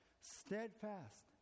steadfast